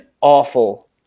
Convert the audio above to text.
awful